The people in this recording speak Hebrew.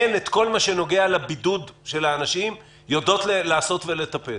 הן את כל מה שנוגע לבידוד של האנשים יודעות לעשות ולטפל.